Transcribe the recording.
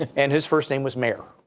and his first name was mayor.